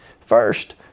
First